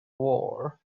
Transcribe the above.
war